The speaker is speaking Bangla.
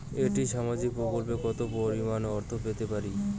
একটি সামাজিক প্রকল্পে কতো পরিমাণ অর্থ পেতে পারি?